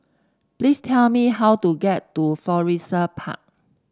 please tell me how to get to Florissa Park